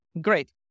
Great